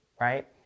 right